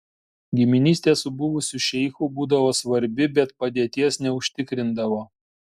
giminystė su buvusiu šeichu būdavo svarbi bet padėties neužtikrindavo